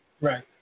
Right